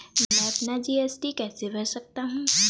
मैं अपना जी.एस.टी कैसे भर सकता हूँ?